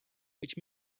which